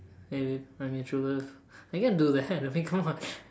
hey babe I'm in true love I can't do that I mean come on